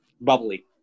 bubbly